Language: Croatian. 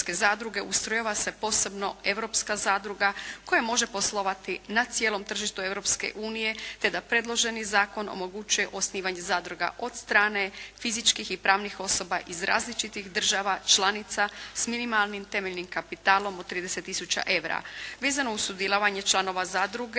ustrojava se posebno europska zadruga koja može poslovati na cijelom tržištu Europske unije te da predloženi zakon omogućuje osnivanje zadruga od strane fizičkih i pravnih osoba iz različitih država članica s minimalnim temeljnim kapitalom od 30 tisuća eura. Vezano uz sudjelovanje članova zadruge